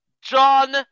John